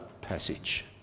passage